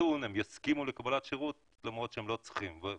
מתון הם יסכימו לקבלת שירות למרות שהם לא צריכים אותו,